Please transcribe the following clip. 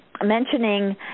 Mentioning